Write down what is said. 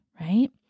right